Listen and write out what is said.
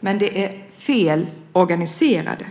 men de är fel organiserade.